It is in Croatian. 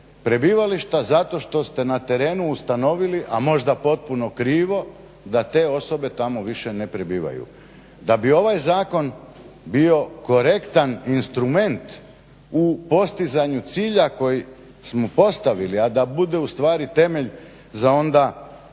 prebivališta zato što ste na terenu ustanovili, a možda potpuno krivo da te osobe tamo više ne prebivaju. Da bi ovaj zakon bio korektan instrument u postizanju cilja koji smo postavili, a da bude ustvari temelj za onda